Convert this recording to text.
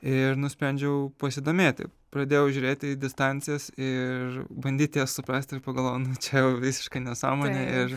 ir nusprendžiau pasidomėti pradėjau žiūrėti į distancijas ir bandyti jas suprasti ir pagalvojau nu čia jau visiška nesąmonė ir